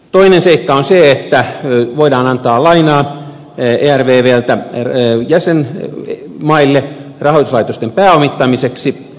toinen seikka on se että voidaan antaa lainaa ervvltä jäsenmaille rahoituslaitosten pääomittamiseksi